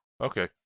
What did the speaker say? Okay